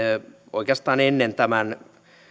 oikeastaan ennen tämän